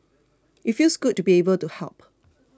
it feels good to be able to help